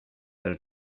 però